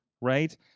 right